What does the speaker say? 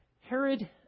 Herod